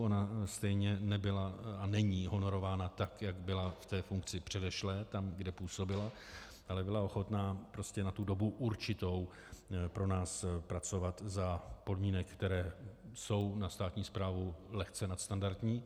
Ona stejně nebyla a není honorována tak, jak byla v té funkci předešlé, tam, kde působila, ale byla ochotná prostě na tu dobu určitou pro nás pracovat za podmínek, které jsou na státní správu lehce nadstandardní.